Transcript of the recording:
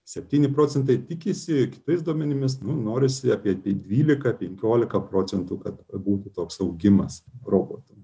septyni procentai tikisi kitais duomenimis nu norisi apie dvylika penkiolika procentų kad būtų toks augimas robotų